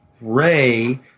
Ray